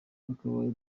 twakabaye